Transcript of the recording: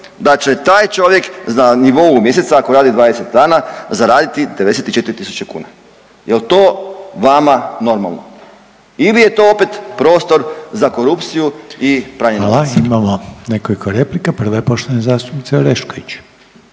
da će taj čovjek na nivou mjeseca ako radi 20 dana zaraditi 94.000 kuna. Je li to vama normalno ili je to opet prostor za korupciju i pranje novaca? **Reiner, Željko (HDZ)** Hvala, imamo nekoliko replika. Prva je poštovane zastupnice Orešković.